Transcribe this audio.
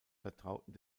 vertrauten